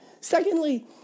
Secondly